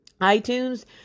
iTunes